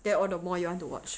then all the more you want to watch